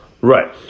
Right